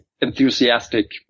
enthusiastic